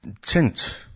tint